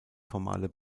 formale